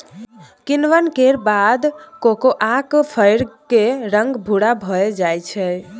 किण्वन केर बाद कोकोआक फर केर रंग भूरा भए जाइ छै